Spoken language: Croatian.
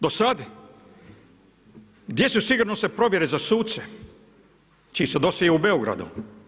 Do sada gdje su sigurnosne provjere za suce čiji su dosjei u Beogradu?